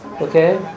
Okay